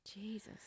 Jesus